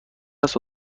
است